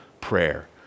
prayer